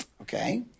Okay